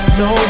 no